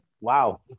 Wow